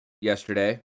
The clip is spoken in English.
yesterday